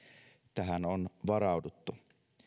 tähän on varauduttu